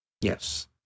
Yes